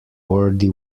wordy